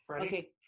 okay